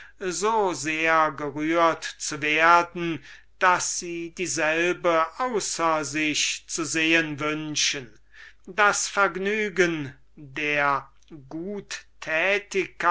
so sehr gerührt zu werden daß sie dieselbige außer sich zu sehen wünschen das vergnügen der